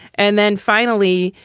and then finally,